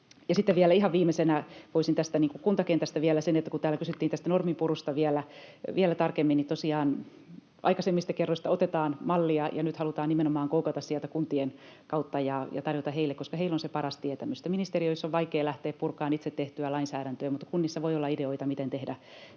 parhaillaan. Ihan viimeisenä voisin tästä kuntakentästä sanoa vielä sen, että kun täällä kysyttiin tästä norminpurusta vielä tarkemmin, niin tosiaan aikaisemmista kerroista otetaan mallia ja nyt halutaan nimenomaan koukata sieltä kuntien kautta ja tarjota heille, koska heillä on se paras tietämys. Ministeriöissä on vaikea lähteä purkamaan itse tehtyä lainsäädäntöä, mutta kunnissa voi olla ideoita, miten tehdä